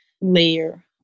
layer